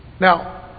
Now